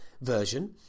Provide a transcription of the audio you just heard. version